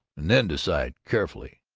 and then decide carefully.